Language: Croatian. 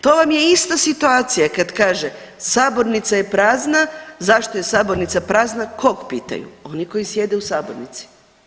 To vam je ista situacija kad kaže sabornica je prazna, zašto je sabornica prazna, kog pitaju, oni koji sjede u sabornici.